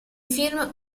film